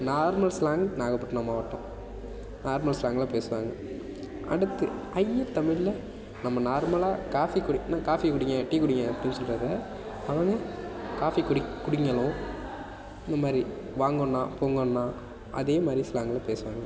normal slang Nagapattinam மாவட்டம் normal ஸ்லாங்குல பேசுவாங்க அடுத்து ஐய்யர் தமிழில் நம்ம நார்மலாக காஃபி குடி ணா காஃபி குடிங்க டி குடிங்க அப்படி சொல்றதை அவங்க காஃபி குடி குடிங்களோ இந்த மாதிரி வாங்கோண்ணா போங்கோண்ணா அதே மாதிரி ஸ்லாங்கில் பேசுவாங்க